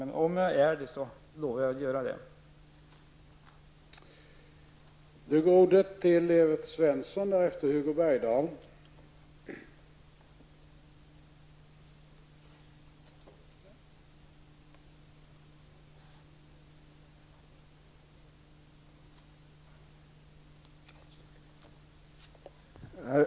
Men om jag kommer tillbaka, lovar jag att fortsätta med detta.